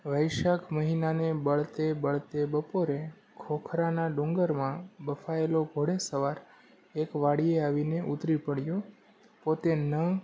વૈશાખ મહિનાને બળતે બળતે બપોરે ખોખરાના ડુંગરમાં બફાયેલો ઘોડેસવાર એક વાડીએ આવીને ઉતરી પડ્યો પોતે ને